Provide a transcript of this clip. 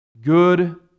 Good